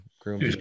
groom